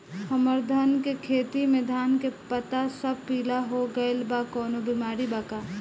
हमर धान के खेती में धान के पता सब पीला हो गेल बा कवनों बिमारी बा का?